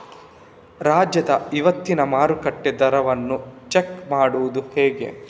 ರಾಜ್ಯದ ಇವತ್ತಿನ ಮಾರುಕಟ್ಟೆ ದರವನ್ನ ಚೆಕ್ ಮಾಡುವುದು ಹೇಗೆ?